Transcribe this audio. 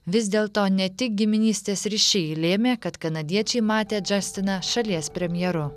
vis dėl to ne tik giminystės ryšiai lėmė kad kanadiečiai matė džastiną šalies premjeru